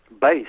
base